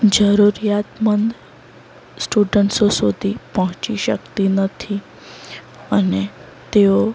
જરૂરિયાતમંદ સ્ટુડન્ટ્સો સુધી પહોંચી શકતી નથી અને તેઓ